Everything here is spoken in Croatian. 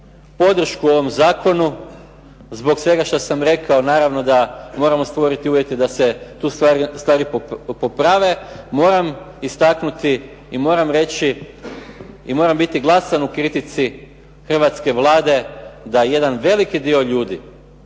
podršku ovom Zakonu, zbog svega što sam rekao naravno moramo stvoriti uvjete da se tu stvari poprave, moram reći i moram biti glasan u kritici Hrvatske vlade da jedan veliki dio ljudi,